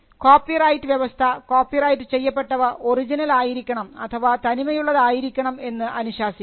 copyright വ്യവസ്ഥ copyright ചെയ്യപ്പെട്ടവ original ആയിരിക്കണം അഥവാ തനിമയുള്ളതായിരിക്കണം എന്ന് അനുശാസിക്കുന്നു